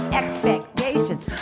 expectations